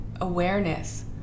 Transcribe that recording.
awareness